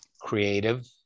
creative